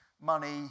money